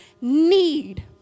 need